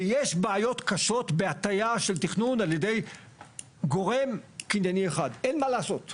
ויש בעיות קשות בהטיה של תכנון על ידי גורם קנייני אחד,